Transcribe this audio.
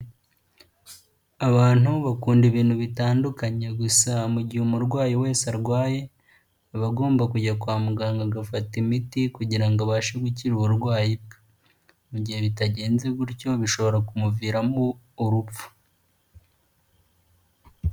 Abantu bakunda ibintu bitandukanye gusa mu gihe umurwayi wese arwaye, aba agomba kujya kwa muganga agafata imiti kugira ngo abashe gukira uburwayi bwe. Mu gihe bitagenze gutyo, bishobora kumuviramo urupfu.